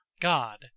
God